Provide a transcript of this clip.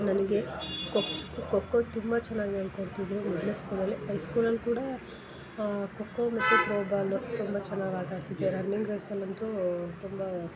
ನನಗೆ ಕೊಕ್ ಖೋಖೋ ತುಂಬ ಚೆನ್ನಾಗಿ ಹೇಳ್ಕೊಡ್ತಿದ್ರು ಮಿಡ್ಲ್ ಸ್ಕೂಲಲ್ಲಿ ಐಸ್ಕೂಲಲ್ಲಿ ಕೂಡ ಖೋಖೋ ಮತ್ತು ತ್ರೋಬಾಲು ತುಂಬ ಚೆನ್ನಾಗಿ ಆಟ ಆಡ್ತಿದ್ದೆ ರನ್ನಿಂಗ್ ರೇಸಲ್ಲಿ ಅಂತೂ ತುಂಬ